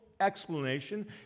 explanation